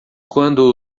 quando